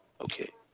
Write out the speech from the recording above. Okay